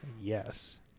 Yes